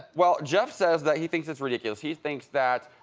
well jeff says that he thinks it's ridiculous. he thinks that